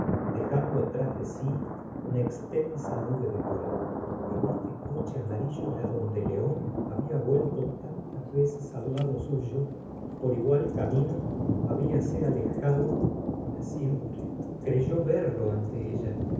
dejando tras de sí una mensa nube de polvo en este tcoche amarillo la serora de bovary era donde león habla vuelto tantas veces al lado suyo y por igual camino hablase alejado para siempre creyó verlo ante ella